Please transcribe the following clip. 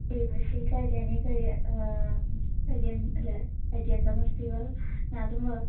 कीदृशी कार्याणि कय अल अद्यतनमस्ति वा ज्ञातुं वा